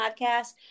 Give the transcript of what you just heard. podcast